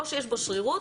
או שיש בו שרירות,